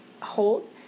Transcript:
hold